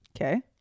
Okay